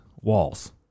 walls